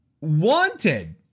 wanted